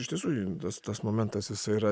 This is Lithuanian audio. iš tiesų tas tas momentas jisai yra